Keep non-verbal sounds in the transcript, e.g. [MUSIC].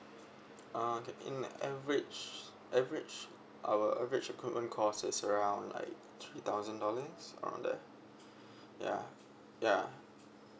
ah okay in average average our average equipment cost is around like three thousand dollars around there [BREATH] ya ya